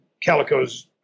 Calico's